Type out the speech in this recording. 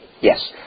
Yes